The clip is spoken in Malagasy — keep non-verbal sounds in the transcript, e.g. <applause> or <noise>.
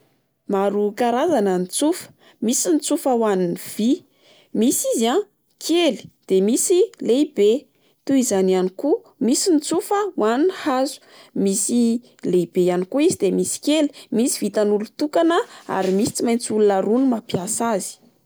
Maro karazana ny tsofa misy ny tsofa ho an'ny vy, misy izy a kely de misy lehibe. Toy izany ihany koa misy ny tsofa ho an'ny hazo misy lehibe ihany koa izy de misy <hesitation> kely, misy vitan'olo-tokana ary misy tsimaintsy olona roa no mampiasa azy.